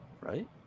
right